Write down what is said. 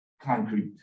concrete